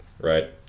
right